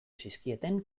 zizkieten